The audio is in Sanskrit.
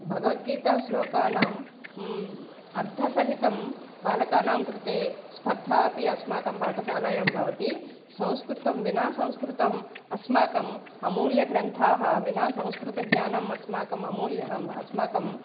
भगवद्गीताश्लोकानाम् अर्थसहितं बालकानां कृते स्पर्धा अपि अस्माकं पाठशालायां भवति संस्कृतं विना संस्कृतम् अस्माकम् अमूल्यग्रन्थाः विना संस्कृतज्ञानम् अस्माकम् अमूल्यम् अस्माकम्